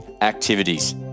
activities